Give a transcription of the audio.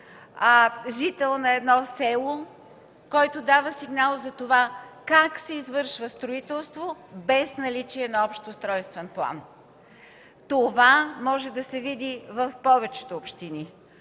жител на едно село, който дава сигнал за това как се извършва строителство без наличие на общ устройствен план. Това може да се види в повечето общини.